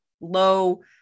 low